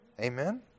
Amen